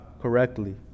correctly